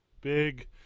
Big